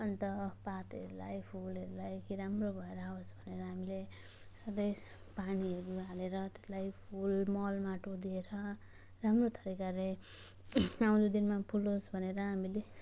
अन्त पातहरूलाई फुलहरूलाई केही राम्रो भएर आओस् भनेर हामीले सधैँ पानीहरू हालेर त्यसलाई फुल मल माटो दिएर राम्रो तरिकाले आउँदो दिनमा फुल फुलोस् भनेर हामीले